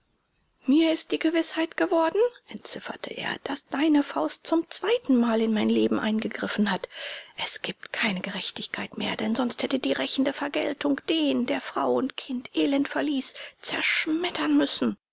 mir ist die gewißheit geworden entzifferte er daß deine faust zum zweiten mal in mein leben eingegriffen hat es gibt keine gerechtigkeit mehr denn sonst hätte die rächende vergeltung den der frau und kinder elend verließ zerschmettern müssen